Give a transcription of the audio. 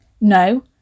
No